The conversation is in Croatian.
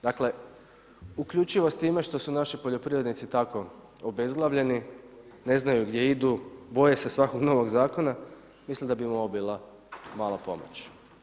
Dakle uključivo s time što su naši poljoprivrednici tako obezglavljeni, ne znaju gdje idu, boje se svakog novog zakona mislim da bi im ovo bila mala pomoć.